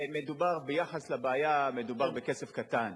ביחס לבעיה מדובר בכסף קטן.